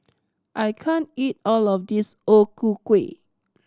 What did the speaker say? I can't eat all of this O Ku Kueh